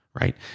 right